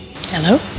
Hello